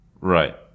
Right